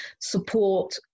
support